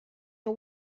the